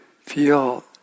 feel